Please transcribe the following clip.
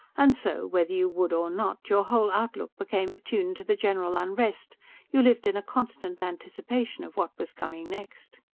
and so, whether you would or not, your whole outlook became attuned to the general unrest you lived in a constant anticipation of what was coming next.